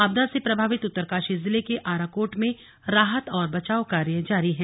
आपदा से प्रभावित उत्तरकाशी जिले के आराकोट में राहत और बचाव कार्य जारी हैं